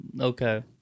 Okay